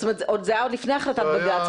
זאת אומרת זה היה עוד לפני החלטת בג"צ,